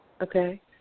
Okay